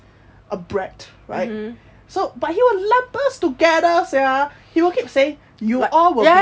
a brat right so but he will lump us together sia he will keep say you all be